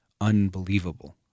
unbelievable